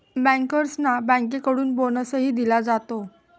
बँकर्सना बँकेकडून बोनसही दिला जातो